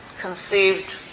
conceived